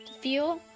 feel,